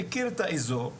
מכיר את האזור,